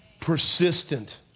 Persistent